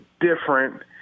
different